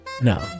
no